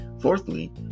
fourthly